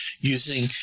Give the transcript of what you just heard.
using